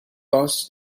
gos